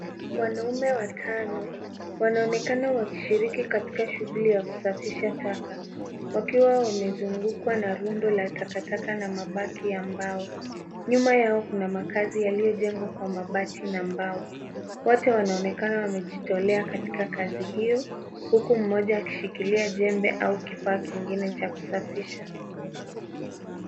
Wanaume watano wanaonekana wakishiriki katika shughuli ya kusafisha taka wakiwa wamezungukwa na rundo la takataka na mabaki ya mbao. Nyuma yao kuna makazi yaliyojengwa kwa mabati na mbao. Wote wanaonekana wamejitolea katika kazi hiyo huku mmoja akishikilia jembe au kifaa kingine cha kusafisha.